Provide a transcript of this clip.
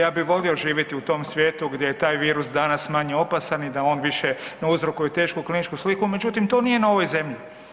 Ja bi volio živjeti u tom svijetu gdje je taj virus danas manje opasan i da on više ne uzrokuje tešku kliničku sliku, međutim to nije na ovoj zemlji.